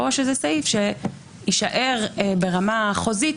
או שזה סעיף שיישאר ברמה חוזית,